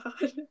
god